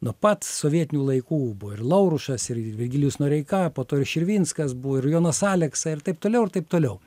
nuo pat sovietinių laikų buvo ir laurušas ir virgilijus noreika po to ir širvinskas buvo ir jonas aleksa ir taip toliau ir taip toliau